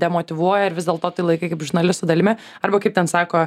demotyvuoja ir vis dėlto tai laikai kaip žurnalisto dalimi arba kaip ten sako